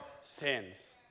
sins